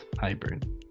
hybrid